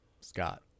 Scott